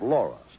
Laura